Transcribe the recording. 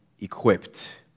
equipped